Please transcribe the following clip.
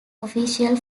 official